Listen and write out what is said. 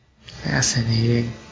Fascinating